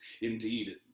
Indeed